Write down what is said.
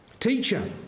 Teacher